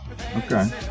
Okay